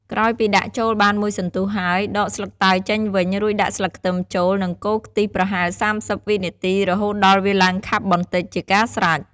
ក្រោយពីដាក់ចូលបានមួយសន្ទុះហើយ ដកស្លឹកតើយចេញវិញ រួចដាក់ស្លឹកខ្ទឹមចូល និងកូរខ្ទិះប្រហែល៣០វិនាទី រហូតដល់វាឡើងខាប់បន្តិច ជាការស្រេច។